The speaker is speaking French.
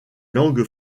langue